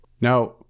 Now